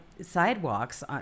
sidewalks